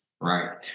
right